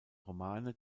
romane